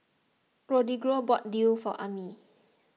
Rodrigo bought Daal for Emmie